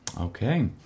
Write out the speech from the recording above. Okay